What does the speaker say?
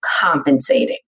compensating